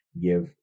give